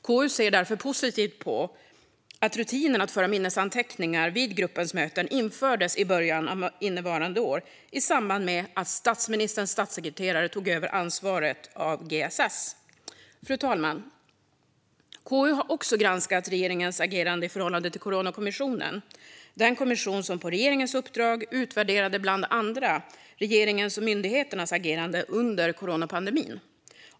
KU ser därför positivt på att rutinen att föra minnesanteckningar vid gruppens möten infördes i början av innevarande år i samband med att statsministerns statssekreterare tog över ansvaret för GSS. Fru talman! KU har också granskat regeringens agerande i förhållande till Coronakommissionen, den kommission som på regeringens uppdrag utvärderade bland andra regeringens och myndigheternas agerande under coronapandemin.